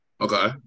Okay